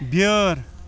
بیٛٲر